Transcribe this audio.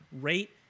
rate